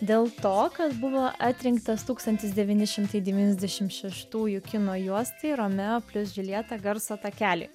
dėl to kad buvo atrinktas tūkstantis devyni šimtai devyniasdešimt šeštųjų kino juostai romeo plius džiuljeta garso takeliui